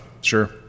Sure